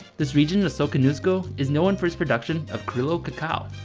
this region of soconusco is known for its production of criollo cacao